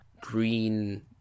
green